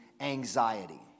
anxiety